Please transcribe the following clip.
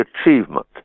achievement